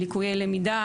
ליקויי למידה